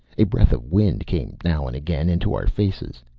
a breath of wind came now and again into our faces.